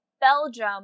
Belgium